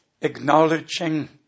acknowledging